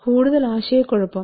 കൂടുതൽ ആശയക്കുഴപ്പം